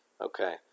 okay